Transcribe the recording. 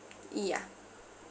yeah